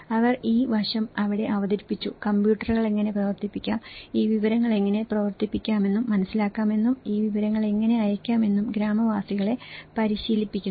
അവർ ഈ വശം അവിടെ പ്രചരിപ്പിക്കുന്നു കമ്പ്യൂട്ടറുകൾ എങ്ങനെ പ്രവർത്തിപ്പിക്കണം ഈ വിവരങ്ങൾ എങ്ങനെ പ്രവർത്തിപ്പിക്കാമെന്നും മനസ്സിലാക്കാമെന്നും ഈ വിവരങ്ങൾ എങ്ങനെ അയയ്ക്കാമെന്നും ഗ്രാമവാസികളെ പരിശീലിപ്പിക്കുന്നു